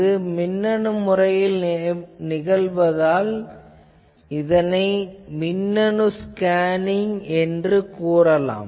இது மின்னணு முறையில் நிகழ்வதால் இதனை மின்னணு ஸ்கேனிங் என்று கூறலாம்